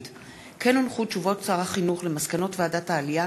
הודעות שר החינוך על מסקנות ועדת העלייה,